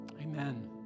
Amen